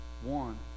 One